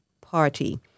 party